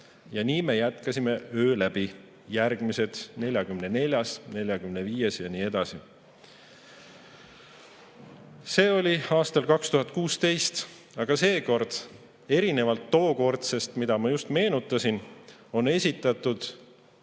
Ja nii me jätkasime öö läbi: järgmised ettepanekud, 44., 45. ja nii edasi. See oli aastal 2016. Aga seekord, erinevalt eelnõust, mida ma just meenutasin, on esitatud